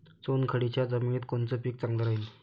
चुनखडीच्या जमिनीत कोनचं पीक चांगलं राहीन?